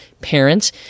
parents